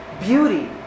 beauty